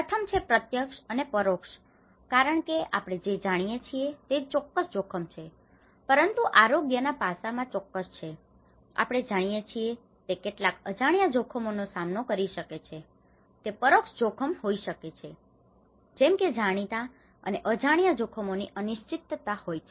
પ્રથમ છે પ્રત્યક્ષ અને પરોક્ષ જોખમ કારણ કે આપણે જે જાણીએ છીએ તે ચોક્કસ જોખમ છે પરંતુ આરોગ્યના પાસામાં ચોક્કસ છે આપણે જાણીએ છીએ તે કેટલાક અજાણ્યા જોખમોનો સામનો કરી શકે છે તે પરોક્ષ જોખમ હોઈ શકે છે જેમ કે જાણીતા અને અજાણ્યા જોખમોની અનિશ્ચિતતા હોય છે